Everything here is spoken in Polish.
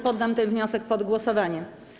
Poddam ten wniosek pod głosowanie.